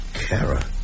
Kara